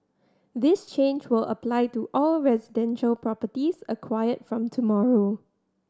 this change will apply to all residential properties acquired from tomorrow